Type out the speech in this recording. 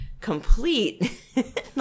complete